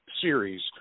series